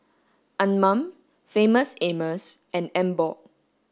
Anmum Famous Amos and Emborg